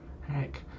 Heck